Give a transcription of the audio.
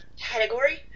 category